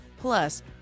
Plus